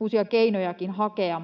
uusiakin keinoja,